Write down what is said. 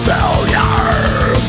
Failure